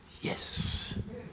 Yes